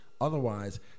Otherwise